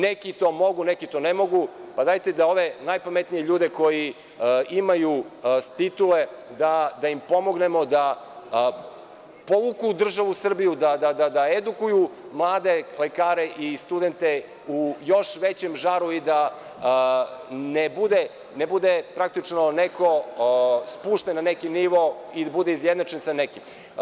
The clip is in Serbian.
Neki to mogu, neki to ne mogu, dajte da ove najpametnije ljude koji imaju titule, da im pomognemo da povuku državu Srbiju, da edukuju mlade lekare i studente u još većem žaru i da ne bude praktično neko spušten na neki nivo i bude izjednačen sa nekim.